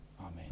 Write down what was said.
amen